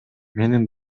менин